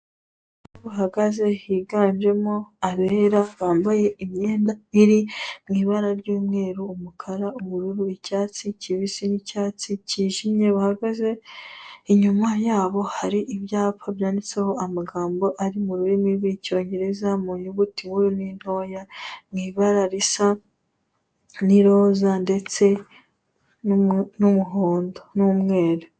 Abantu bahagaze biganjemo abera, bambaye imyenda iri mu ry'umweru, umukara, ubururu, icyatsi kibisi n'icyatsi cyijimye bahagaze, inyuma yabo hari ibyapa byanditseho amagambo ari mu rurimi ry'Icyongereza mu nyuguti nkuru n'intoya, mu ibara risa n'iroza ndetse n'umuhondo n'umweru.